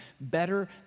better